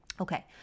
Okay